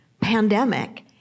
pandemic